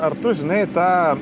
ar tu žinai tą